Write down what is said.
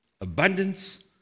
abundance